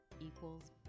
equals